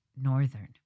Northern